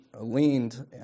leaned